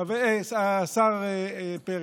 השר פרץ,